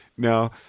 now